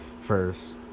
first